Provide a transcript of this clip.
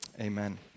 Amen